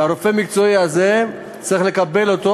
והרופא המקצועי צריך לקבל אותו.